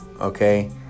okay